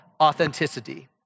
authenticity